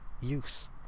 use